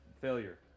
Failure